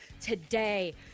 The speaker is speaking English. today